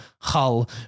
Hull